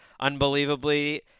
unbelievably